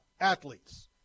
athletes